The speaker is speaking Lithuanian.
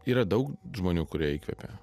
yra daug žmonių kurie įkvepia